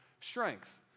strength